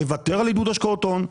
לוותר על עידוד השקעות הון.